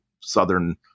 Southern